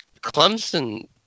Clemson